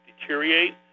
deteriorate